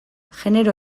genero